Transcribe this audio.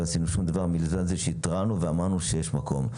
לא עשינו שום דבר מלבד שהתרענו ואמרנו שיש מקום.